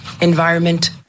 environment